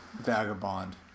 Vagabond